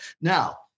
Now